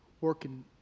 working